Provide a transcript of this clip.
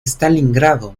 stalingrado